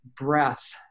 breath